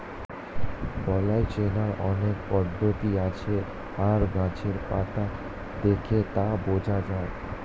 বালাই চেনার অনেক পদ্ধতি আছে আর গাছের পাতা দেখে তা বোঝা যায়